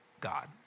God